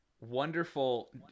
wonderful